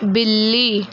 बिल्ली